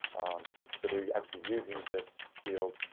so there you actually using this field.